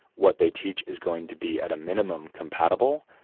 what they teach is going to be, at a minimum, compatible,